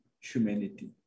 humanity